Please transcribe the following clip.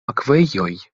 akvejoj